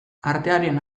artearen